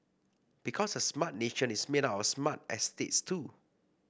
because a Smart Nation is made up of smart estates too